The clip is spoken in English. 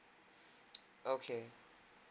okay